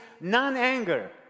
non-anger